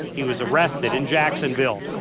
he was arrested in jacksonville.